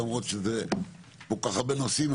למרות שזה כל כך הרבה נושאים,